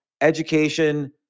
education